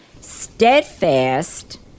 Steadfast